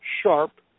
sharp